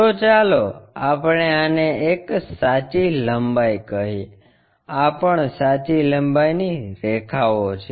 તો ચાલો આપણે આને એક સાચી લંબાઈ કહીએ આ પણ સાચી લંબાઈની રેખાઓ છે